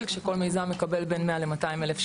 כשכל מיזם מקבל בין 100-200 אלף שקלים,